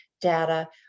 data